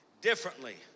differently